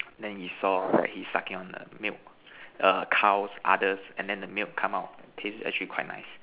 then he saw that he sucking on a milk err cows others and then the milk come out taste actually quite nice